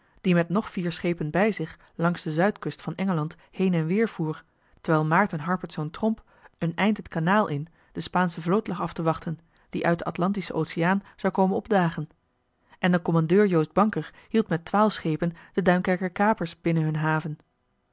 die met nog vier schepen bij zich langs de zuidkust van engeland heen en weer voer terwijl maerten harpertsz tromp een eind het joh h been paddeltje de scheepsjongen van michiel de ruijter kanaal in de spaansche vloot lag af te wachten die uit den atlantischen oceaan zou komen opdagen en de commandeur joost bancker hield met twaalf schepen de duinkerker kapers binnen hun haven